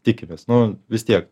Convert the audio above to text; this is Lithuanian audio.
tikimės nu vis tiek